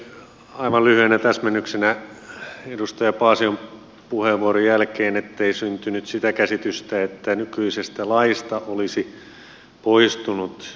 aivan lyhyenä täsmennyksenä edustaja paasion puheenvuoron jälkeen ettei synny sitä käsitystä että nykyisestä laista olisi poistunut ankaroittamisperuste